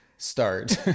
start